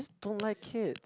just don't like it